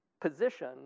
position